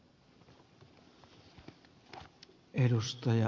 arvoisa puhemies